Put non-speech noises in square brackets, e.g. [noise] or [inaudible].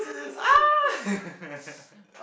ah [laughs]